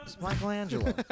Michelangelo